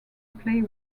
play